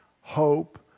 hope